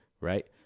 right